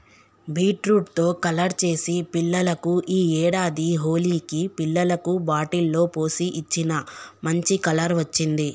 beetroot తో colour చేసి పిల్లలకు ఈ ఏడాది హోలికి పిల్లలకు బాటిల్ లో పోసి ఇచ్చిన, మంచి కలర్ వచ్చింది